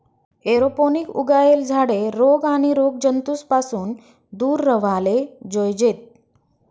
aeroponic उगायेल झाडे रोग आणि रोगजंतूस पासून दूर राव्हाले जोयजेत